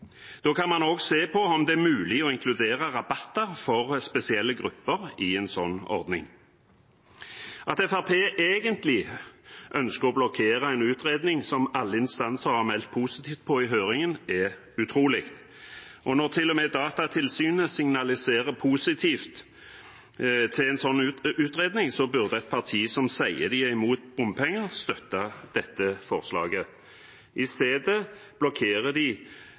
Da kan man også se på om det er mulig å inkludere rabatter for spesielle grupper i en slik ordning. At Fremskrittspartiet egentlig ønsker å blokkere en utredning som alle instanser har vært positive til i høringen, er utrolig. Når til og med Datatilsynet har kommet med positive signaler til en slik utredning, burde et parti som sier de er imot bompenger, støttet dette forslaget. I stedet ønsker de